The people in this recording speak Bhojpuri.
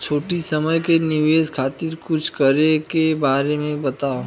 छोटी समय के निवेश खातिर कुछ करे के बारे मे बताव?